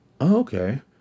okay